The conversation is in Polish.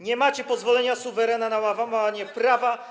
Nie macie pozwolenia suwerena na łamanie prawa.